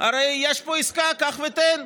הרי יש פה עסקה: קח ותן.